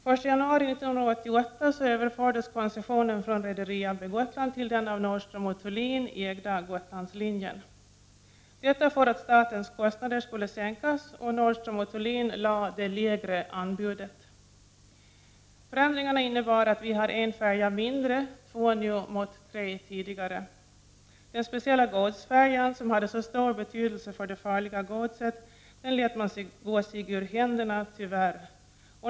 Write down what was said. Den 1 januari 1988 överfördes koncessionen från Rederi AB Gotland till den av Nordström & Thulin ägda Gotlandslinjen — detta för att statens kostnader skulle sänkas, och Nordström & Thulin lade det lägre anbudet. Förändringarna innebar att vi har en färja mindre, två nu mot tre tidigare. Den speciella godsfärjan, som hade så stor betydelse för det farliga godset, lät man gå sig ur händerna, tyvärr.